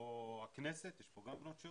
או הכנסת, יש פה גם בנות שירות,